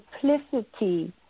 simplicity